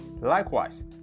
Likewise